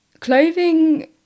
Clothing